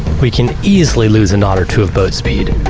we can easily lose a knot or two of boat speed.